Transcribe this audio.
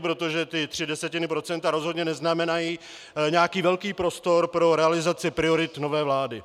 Protože ty tři desetiny procenta rozhodně neznamenají nějaký velký prostor pro realizaci priorit nové vlády.